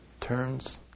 turns